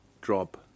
Drop